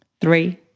three